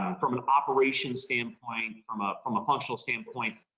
um from an operations standpoint, from ah from a functional standpoint,